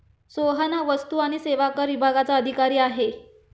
सोहन हा वस्तू आणि सेवा कर विभागाचा अधिकारी आहे